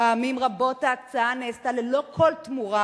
פעמים רבות ההקצאה נעשתה ללא כל תמורה,